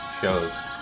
shows